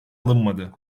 alınmadı